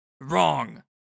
Wrong